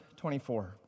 24